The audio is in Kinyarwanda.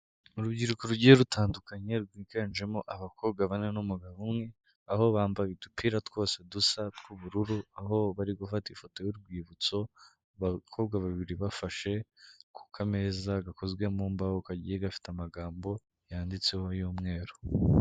Urubyiruko rugiye rutandukanye rwiganjemo abakobwa bane n'umugabo umwe, aho bambaye udupira twose dusa tw'ubururu, aho barigufata ifoto y'urwibutso. Abakobwa babiri bafashe ku kameza gakozwe mu mbaho kagiye gafite amagambo yanditseho y'umweru.